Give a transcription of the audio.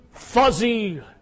fuzzy